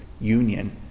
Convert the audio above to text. union